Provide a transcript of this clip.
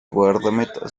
guardameta